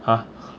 !huh!